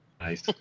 nice